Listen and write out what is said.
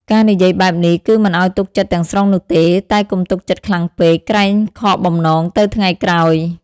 ការនិយាយបែបនេះ គឺមិនឱ្យទុកចិត្តទាំងស្រុងនោះទេ តែកុំទុកចិត្តខ្លាំងពេក ក្រែងខកបំណងទៅថ្ងៃក្រោយ។